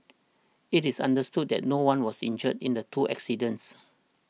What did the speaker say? it is understood that no one was injured in the two accidents